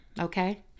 Okay